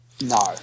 No